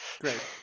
Great